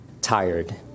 tired